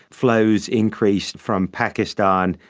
flows increased from pakistan,